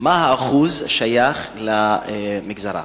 מה האחוז השייך למגזר הערבי?